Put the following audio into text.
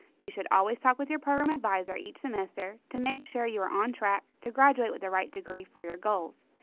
you should always talk with your program advisor each semester to make sure you are on track to graduate with the right degree for your goals.